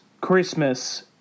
Christmas